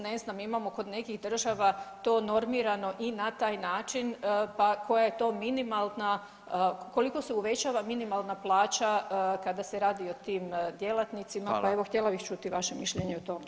Ne znam imamo kod nekih država to normirano i na taj način, pa koja je to minimalna, koliko se uvećava minimalna plaća kada se radi o tim djelatnicima [[Upadica: Hvala.]] pa evo htjela bih čuti vaše mišljenje i o tome.